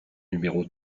numéro